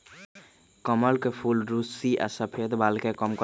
कमल के फूल रुस्सी आ सफेद बाल के कम करई छई